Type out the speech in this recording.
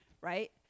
right